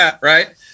right